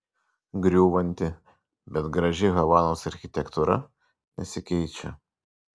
griūvanti bet graži havanos architektūra nesikeičia